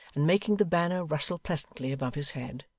and making the banner rustle pleasantly above his head.